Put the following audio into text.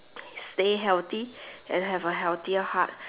stay healthy and have a healthier heart